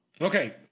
Okay